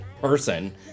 person